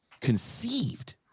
conceived